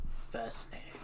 fascinating